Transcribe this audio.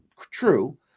true